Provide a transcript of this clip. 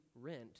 rent